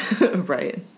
Right